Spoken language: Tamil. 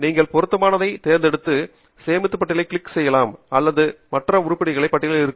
நீங்கள் பொருத்தமானதை தேர்ந்தெடுத்து சேமித்த பட்டியலில் கிளிக் செய்யலாம் மற்றும் அந்த உருப்படிகள் உங்கள் பட்டியலில் இருக்கும்